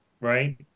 right